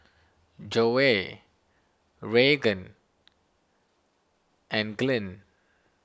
Joey Raegan and Glynn